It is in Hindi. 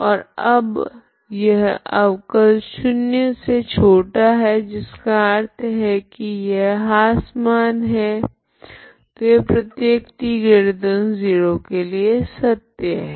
ओर अब यह अवकल शून्य से छोटा है जिसका अर्थ है की यह ह्रासमान है तो यह प्रत्येक t0 के लिए सत्य है